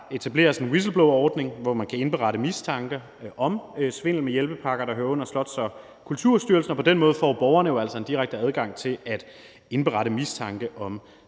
etableres der en whistleblowerordning, hvor man kan indberette mistanke om svindel med hjælpepakker, der hører under Slots- og Kulturstyrelsen, og på den måde får borgerne jo altså en direkte adgang til at indberette mistanke om